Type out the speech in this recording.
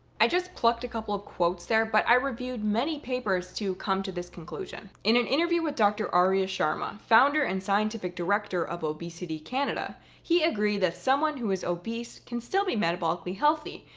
i just plucked a couple of quotes there, but i reviewed many papers to come to this conclusion. in an interview with dr. arya sharma, founder and scientific director of obesity canada, he agreed that someone who is obese can still be metabolically healthy,